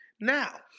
Now